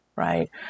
Right